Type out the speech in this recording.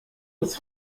das